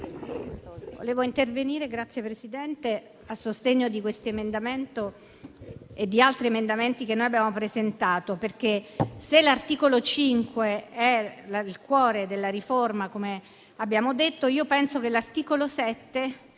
desidero intervenire a sostegno di questo emendamento e di altri emendamenti che abbiamo presentato, perché se l'articolo 5 è il cuore della riforma, come abbiamo detto, penso che l'articolo 7